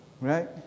Right